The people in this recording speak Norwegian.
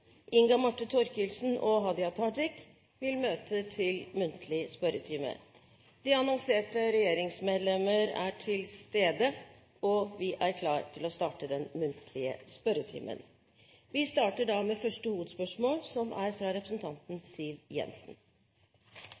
De annonserte regjeringsmedlemmer er til stede, og vi er klare til å starte den muntlige spørretimen. Vi starter da med første hovedspørsmål, fra representanten Siv Jensen.